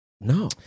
no